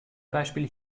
beispiel